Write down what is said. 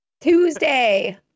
Tuesday